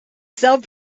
self